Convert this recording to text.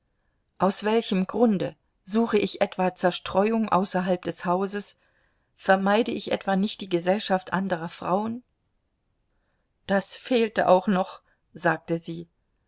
aus welchem grunde suche ich etwa zerstreuung außerhalb des hauses vermeide ich etwa nicht die gesellschaft anderer frauen das fehlte auch noch sagte sie